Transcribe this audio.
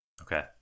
Okay